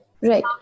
right